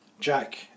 Jack